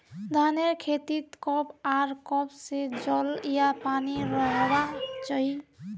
धानेर खेतीत कब आर कब से जल या पानी रहबा चही?